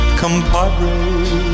compadre